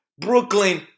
Brooklyn